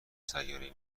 سیارهای